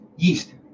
Yeast